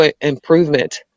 improvement